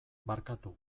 barkatu